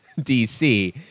DC